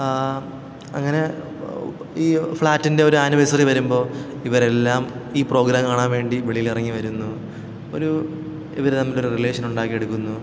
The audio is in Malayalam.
അങ്ങനെ ഈ ഫ്ലാറ്റിൻ്റെ ഒരു ആനുവേഴ്സറി വരുമ്പോള് ഇവരെല്ലാം ഈ പ്രോഗ്രാം കാണാൻ വേണ്ടി വെളിയിലിറങ്ങി വരുന്നു ഒരു ഇവര് തമ്മിലൊരു റിലേഷനുണ്ടാക്കി എടുക്കുന്നു